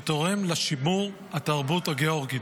ותורם לשימור התרבות הגאורגית.